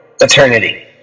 eternity